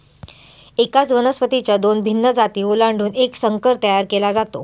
एकाच वनस्पतीच्या दोन भिन्न जाती ओलांडून एक संकर तयार केला जातो